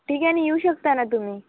ठीक आहे नी येऊ शकता ना तुम्ही